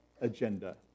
agenda